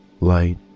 light